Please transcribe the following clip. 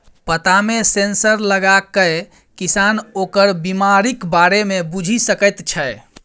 पत्तामे सेंसर लगाकए किसान ओकर बिमारीक बारे मे बुझि सकैत छै